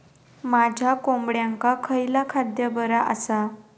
माझ्या कोंबड्यांका खयला खाद्य बरा आसा?